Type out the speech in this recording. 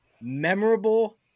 Memorable